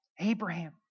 Abraham